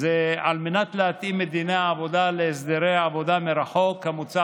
על מנת להתאים את דיני העבודה להסדרי העבודה מרחוק כמוצע